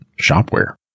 shopware